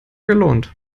gelohnt